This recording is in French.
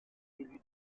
lui